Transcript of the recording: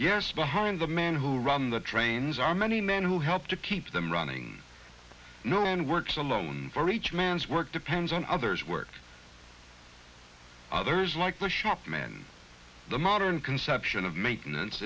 yes behind the men who run the trains are many men who help to keep them running no one works alone for each man's work depends on others work others like the shopmen the modern conception of maintenance